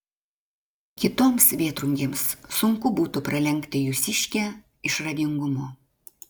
kitoms vėtrungėms sunku būtų pralenkti jūsiškę išradingumu